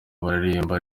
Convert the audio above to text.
bararirimba